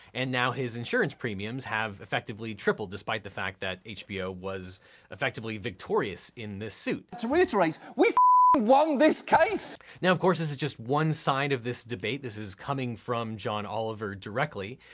and now his insurance premiums have effectively tripled despite the fact that hbo was effectively victorious in this suit. to reiterate, we won this case. now of course, this is just one side of this debate. this is coming from john oliver directly.